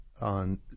on